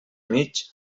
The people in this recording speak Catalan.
mig